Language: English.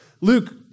Luke